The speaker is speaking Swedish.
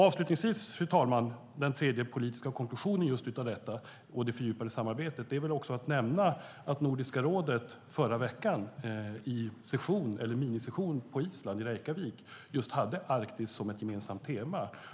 Avslutningsvis, fru talman, är väl den tredje politiska konklusionen av just detta och det fördjupade samarbetet också att nämna att Nordiska rådet förra veckan i minisession på Island, i Reykjavik, just hade Arktis som ett gemensamt tema.